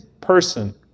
person